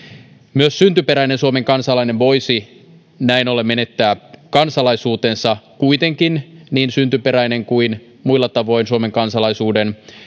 myös syntyperäinen suomen kansalainen voisi näin ollen menettää kansalaisuutensa kuitenkin niin syntyperäinen kuin muilla tavoin suomen kansalaisuuden